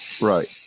Right